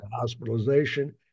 hospitalization